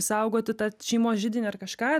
saugoti tą šeimos židinį ar kažką